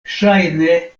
ŝajne